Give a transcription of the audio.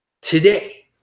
Today